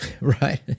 right